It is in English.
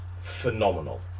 phenomenal